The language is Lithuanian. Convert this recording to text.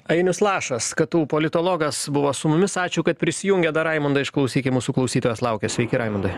ainius lašas ktu politologas buvo su mumis ačiū kad prisijungėt dar raimundą išklausym mūsų klausytojas laukia sveiki raimundai